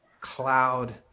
cloud